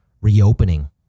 reopening